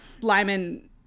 Lyman